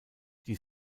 die